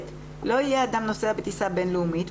לא יהיה אדם נוסע בטיסה בין-לאומית,